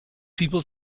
people